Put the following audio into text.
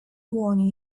wanted